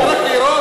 זה רק לירות?